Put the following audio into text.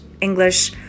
English